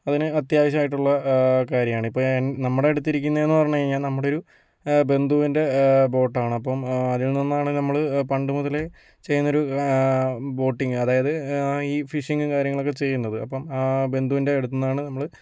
അതിന് അത്യാവശ്യമായിട്ടുള്ള കാര്യമാണ് ഇപ്പം നമ്മുടെ അടുത്ത് ഇരിക്കുന്നതെന്ന് പറഞ്ഞ് കഴിഞ്ഞാൽ നമ്മുടെ ഒരു ബന്ധുവിൻ്റെ ബോട്ടാണപ്പം അതിൽ നിന്നാണ് നമ്മള് പണ്ട് മുതലേ ചെയ്യുന്നൊരു ബോട്ടിങ് അതായത് ഈ ഫിഷിങ് കാര്യങ്ങളക്കെ ചെയ്യുന്നത് അപ്പം ആ ബന്ധുവിൻ്റെ അടുത്തുനിന്നാണ് നമ്മള്